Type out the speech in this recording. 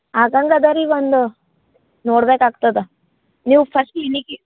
ಆಗಂಗೆ ಅದಾ ರೀ ಒಂದು ನೋಡಬೇಕಾಗ್ತದ ನೀವು ಫಸ್ಟ್ ಕ್ಲಿನಿಕಿಗೆ